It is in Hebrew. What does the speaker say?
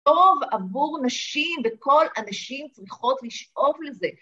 טוב עבור נשים, וכל הנשים צריכות לשאוף לזה.